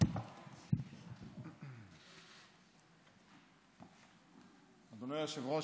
אדוני היושב-ראש,